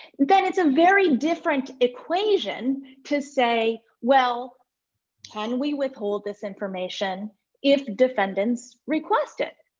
then it's a very different equation to say, well can we withhold this information if defendants request it?